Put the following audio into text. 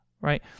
right